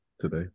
today